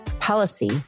policy